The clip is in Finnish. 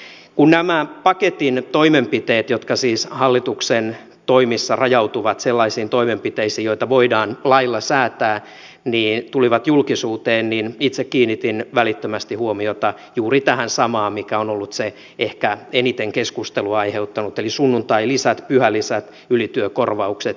kun nämä paketin toimenpiteet jotka siis hallituksen toimissa rajautuvat sellaisiin toimenpiteisiin joita voidaan lailla säätää tulivat julkisuuteen niin itse kiinnitin välittömästi huomiota juuri tähän samaan mikä on ollut se ehkä eniten keskustelua aiheuttanut eli sunnuntailisät pyhälisät ylityökorvaukset